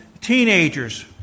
teenagers